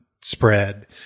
spread